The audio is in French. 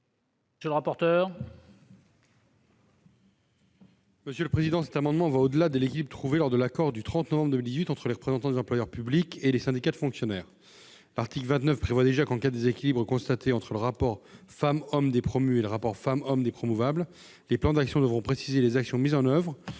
Quel est l'avis de la commission ? Cet amendement va au-delà de l'équilibre trouvé lors de l'accord du 30 novembre 2018 entre les représentants des employeurs publics et les syndicats de fonctionnaires. L'article 29 prévoit déjà qu'en cas de déséquilibre constaté entre le rapport femmes-hommes des promus et le rapport femmes-hommes des promouvables, les plans d'actions devront préciser les actions mises en oeuvre